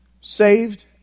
saved